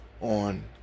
on